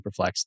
Superflex